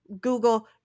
Google